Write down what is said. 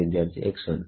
ವಿದ್ಯಾರ್ಥಿx1